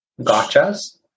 gotchas